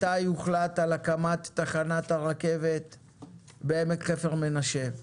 מתי הוחלט על הקמת תחנת הרכבת בעמק חפר מנשה?